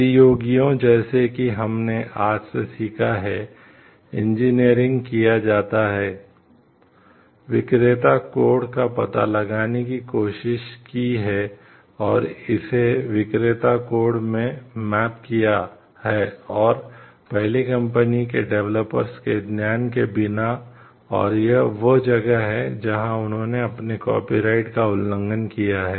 प्रतियोगियों जैसा कि हमने आज से सीखा है इंजीनियरिंग का उल्लंघन किया है